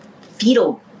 fetal